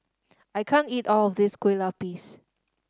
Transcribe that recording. I can't eat all of this Kueh Lapis